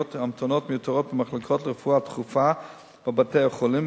והמתנות מיותרות במחלקות לרפואה דחופה בבתי-החולים,